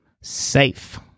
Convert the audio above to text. safe